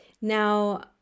now